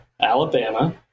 Alabama